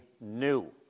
new